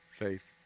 faith